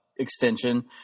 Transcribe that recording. Extension